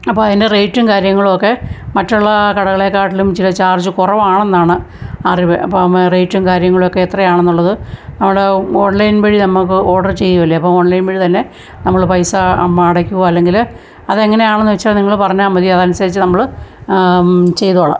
അപ്പോഴതിൻ്റെ റേറ്റും കാര്യങ്ങളുമൊക്കെ മറ്റുള്ള കടകളെക്കാട്ടിലും ഇച്ചിരി ചാർജ് കുറവാണെന്നാണ് അറിവ് അപ്പം റേറ്റും കാര്യങ്ങളൊക്കെ എത്രയാണെന്നുള്ളത് അവിടെ ഓൺലൈൻ വഴിക്ക് നമുക്ക് ഓർഡർ ചെയ്യൂല്ലെ അപ്പോൾ ഓൺലൈൻ വഴി തന്നെ നമ്മൾ പൈസ അമ അടയ്ക്കുവൊ അല്ലെങ്കിൽ അതെങ്ങനെയാണെന്നു വെച്ചാൽ നിങ്ങൾ പറഞ്ഞാൽ മതി അതനുസരിച്ചു നമ്മൾ ചെയ്തോളാം